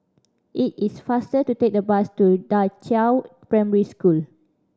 it is faster to take the bus to Da Qiao Primary School